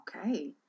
okay